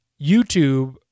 YouTube